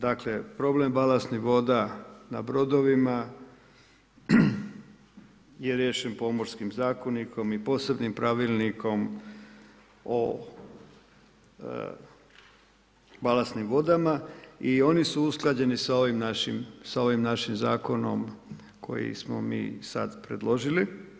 Dakle, problem balasnih voda na brodovima je riješen Pomorskim zakonikom i posebnim Pravilnikom o balastnim vodama i oni su usklađeni sa ovim našim zakonom koji smo mi sad predložili.